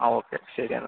ആ ഓക്കെ ശരി എന്നാൽ